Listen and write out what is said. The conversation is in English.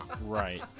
right